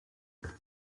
tour